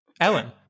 Ellen